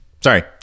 Sorry